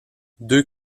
deux